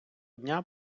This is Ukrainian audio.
дня